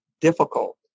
difficult